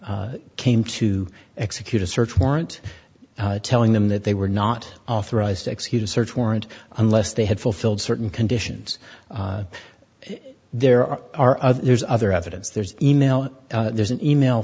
came to execute a search warrant telling them that they were not authorized to execute a search warrant unless they had fulfilled certain conditions there are are other there's other evidence there's e mail there's an e mail